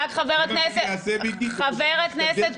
זה מה שאני אעשה,